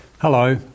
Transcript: Hello